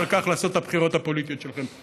ועל כך לעשות את הבחירות הפוליטיות שלכם.